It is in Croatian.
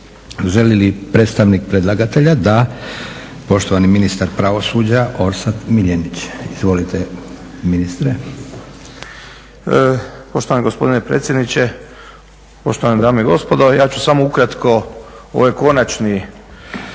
Želi li predstavnik predlagatelja? Da. Poštovani ministar pravosuđa Orsat Miljenić. Izvolite ministre. **Miljenić, Orsat** Poštovani gospodine predsjedniče, poštovane dame i gospodo. Ja ću samo ukratko ovaj Konačni